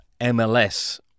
MLS